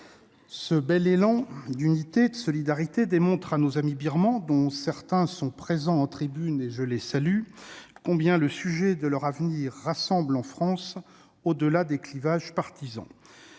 Ce bel élan d'unité et de solidarité démontre à nos amis Birmans, dont certains sont présents en tribune et que je salue, combien le sujet de leur avenir rassemble en France, au-delà des clivages partisans.